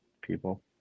people